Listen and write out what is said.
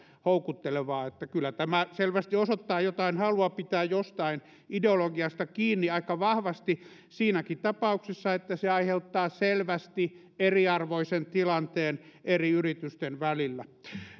houkuttelevaa kyllä tämä selvästi osoittaa jotain halua pitää jostain ideologiasta kiinni aika vahvasti siinäkin tapauksessa että se aiheuttaa selvästi eriarvoisen tilanteen eri yritysten välillä